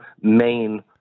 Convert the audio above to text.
main